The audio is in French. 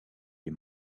les